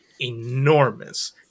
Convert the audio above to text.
enormous